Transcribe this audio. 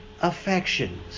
affections